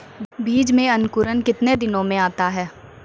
बीज मे अंकुरण कितने दिनों मे आता हैं?